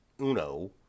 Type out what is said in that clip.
uno